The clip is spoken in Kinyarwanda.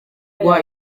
rwa